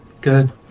Good